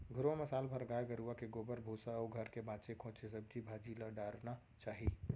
घुरूवा म साल भर गाय गरूवा के गोबर, भूसा अउ घर के बांचे खोंचे सब्जी भाजी ल डारना चाही